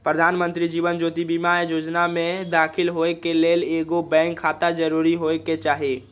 प्रधानमंत्री जीवन ज्योति बीमा जोजना में दाखिल होय के लेल एगो बैंक खाता जरूरी होय के चाही